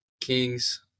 Kings